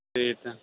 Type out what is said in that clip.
ਫਿਰ ਤਾਂ